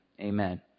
amen